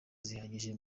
zihagije